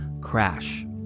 crash